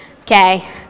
Okay